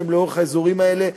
שהם לאורך האזורים האלה,